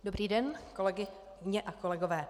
Dobrý den, kolegyně a kolegové.